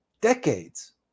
decades